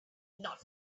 not